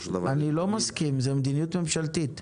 אני לא מסכים, זו מדיניות ממשלתית.